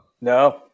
No